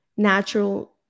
natural